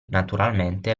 naturalmente